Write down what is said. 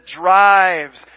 drives